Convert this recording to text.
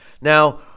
Now